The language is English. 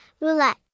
roulette